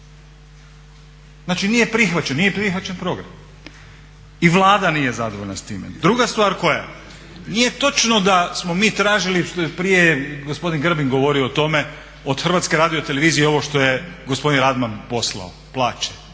nije prihvaćen program i Vlada nije zadovoljna s time. Druga stvar koja, nije točno da smo mi tražili, prije je gospodin Grbin govorio o tome od HRT-a ovo što je gospodin Radman poslao, plaće,